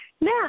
Now